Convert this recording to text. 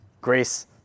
grace